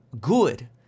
good